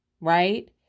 right